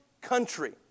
country